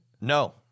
No